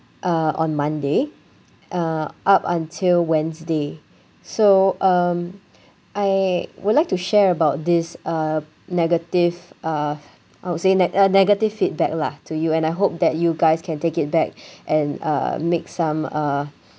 uh on monday uh up until wednesday so um I would like to share about this uh negative uh I would say neg~ uh negative feedback lah to you and I hope that you guys can take it back and uh make some uh